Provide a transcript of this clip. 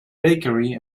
bakery